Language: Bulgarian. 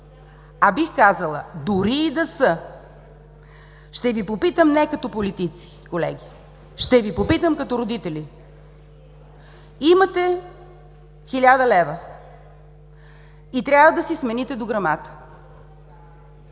А бих казала: дори и да са, ще Ви попитам не като политици, колеги, ще Ви попитам, като родители: имате 1000 лв. и трябва да си смените дограмата,